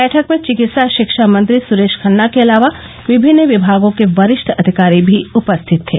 बैठक में चिकित्सा शिक्षा मंत्री सुरेश खन्ना के अलावा विभिन्न विभागों के वरिष्ठ अधिकारी भी उपस्थित थे